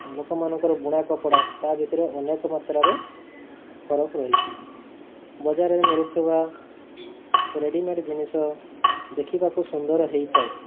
ଲୋକମାନଙ୍କର ବୁଣା କପଡ଼ା ତା ଭିତରେ ଅନେକ ମାତ୍ରାରେ ଫରକ୍ ରହିଛି ବଜାରରେ ମିଳୁଥିବା ରେଡ଼ିମେଡ଼୍ ଜିନିଷ ଦେଖିବାକୁ ସୁନ୍ଦର ହେଇଥାଏ